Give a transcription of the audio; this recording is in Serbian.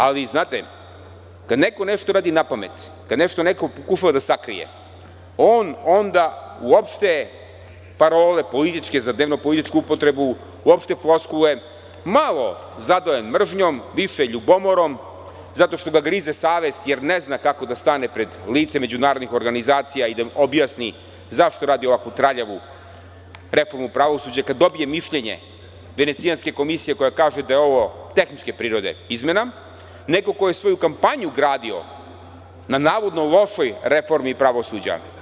Ali, znate, kad neko nešto uradi napamet, kad neko nešto pokušava da sakrije, on onda uopšte, političke parole za dnevno političku upotrebu, uopšte floskule malo zadojen mržnjom, više ljubomorom, zato što ga grize savest, jer ne zna kako da stane pred lice međunarodnih organizacija i da im objasni zašto radi ovako traljavu reformu pravosuđa kada dobije mišljenje Venecijanske komisije koja kaže da je ovo tehničke prirode izmena, nego ko je svoju kapmanju gradio na navodno lošoj reformi pravosuđa.